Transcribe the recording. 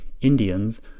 Indians